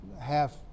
half